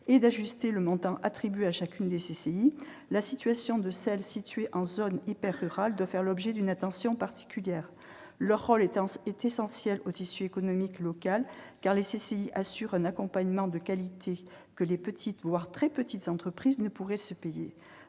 et d'ajuster le montant attribué à chacune des CCI, la situation de celles qui sont situées en zone hyper-rurale doit faire l'objet d'une attention particulière. Leur rôle est essentiel pour le tissu économique local, car elles assurent un accompagnement de qualité que les petites entreprises, voire les très petites entreprises, ne pourraient se payer.